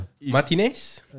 Martinez